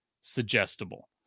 suggestible